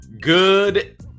Good